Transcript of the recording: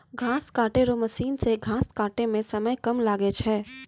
घास काटै रो मशीन से घास काटै मे समय कम लागै छै